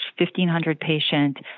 1,500-patient